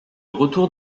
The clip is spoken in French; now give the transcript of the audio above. retour